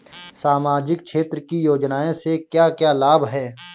सामाजिक क्षेत्र की योजनाएं से क्या क्या लाभ है?